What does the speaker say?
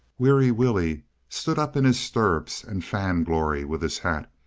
weary willie stood up in his stirrups and fanned glory with his hat.